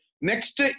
next